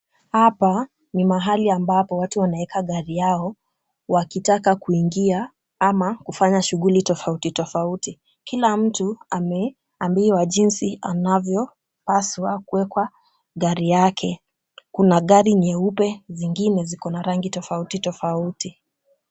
Hapa ni mahali ambapo watu wanaweka gari yao wakitaka kuingia ama kufanya shughuli tofauti tofauti. Kila mtu ameambiwa jinsi anavyopaswa kuweka gari yake. Kuna gari nyeupe, zingine ziko na rangi tofauti tofauti.